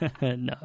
No